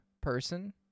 person